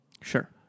Sure